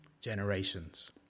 generations